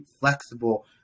flexible